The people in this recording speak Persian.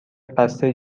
بسته